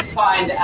find